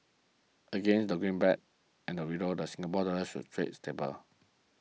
against the greenback and the Euro the Singapore Dollar should trade stably